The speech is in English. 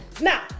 Now